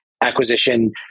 acquisition